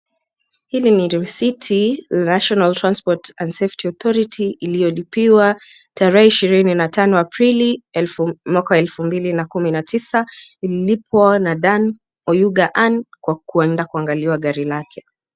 Hili ni risiti la Nationa Transport And Safety Authority iliyolipiwa tarehe ishirini na tano Aprili mwaka wa elfu mbili na kumi na tisa. Ililipwa Dan Oyuga Anne kwa kuenda kuangaliwa gari lake.